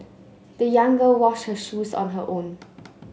the young girl washed her shoes on her own